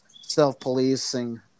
self-policing